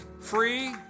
free